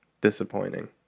Disappointing